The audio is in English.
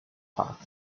park